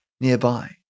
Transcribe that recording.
nearby